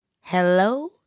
hello